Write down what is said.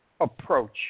approach